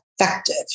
effective